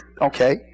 Okay